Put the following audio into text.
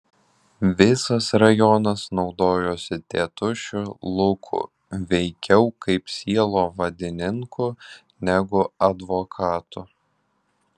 visas rajonas naudojosi tėtušiu luku veikiau kaip sielovadininku negu advokatu